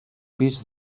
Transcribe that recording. pis